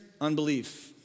unbelief